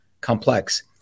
complex